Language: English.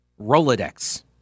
Rolodex